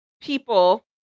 People